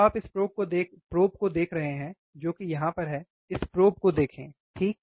तो आप इस प्रोब को देख रहे हैं जो कि यहां पर है इस प्रोब को देखें सही